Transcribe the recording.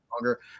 longer